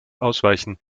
ausweichen